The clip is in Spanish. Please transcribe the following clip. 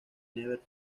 never